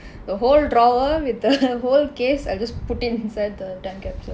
the whole drawer with the whole case I'll just put inside the time capsule